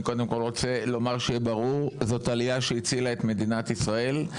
אני קודם כל רוצה לומר שיהיה ברור זאת עלייה שהצילה את מדינת ישראל.